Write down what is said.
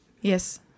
Yes